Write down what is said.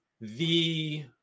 The-